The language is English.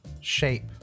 shape